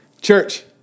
Church